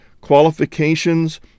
qualifications